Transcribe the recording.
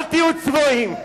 אל תהיו צבועים.